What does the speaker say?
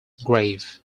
grave